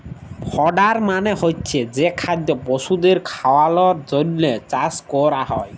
fodder মালে হচ্ছে যে খাদ্য পশুদের খাওয়ালর জন্হে চাষ ক্যরা হ্যয়